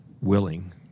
willing